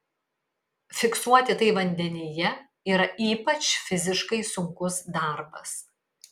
fiksuoti tai vandenyje yra ypač fiziškai sunkus darbas